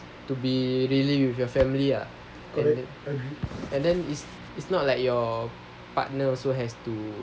to be really you with your family ah and then it's it's not like your partner also has to